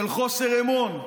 של חוסר אמון,